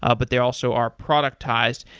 ah but they also are productized.